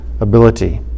ability